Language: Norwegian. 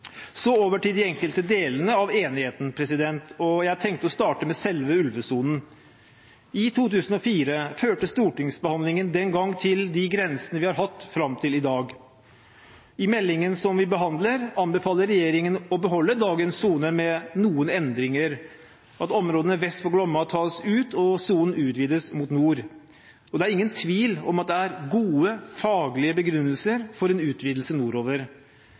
Så over til de enkelte delene av enigheten, og jeg tenker å starte med selve ulvesonen. I 2004 førte stortingsbehandlingen til de grensene vi har hatt fram til i dag. I meldingen som vi behandler i dag, anbefaler regjeringen å beholde dagens sone med noen endringer: Områdene vest for Glomma tas ut, og sonen utvides mot nord. Det er ingen tvil om at det er gode faglige begrunnelser for en utvidelse nordover,